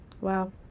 wow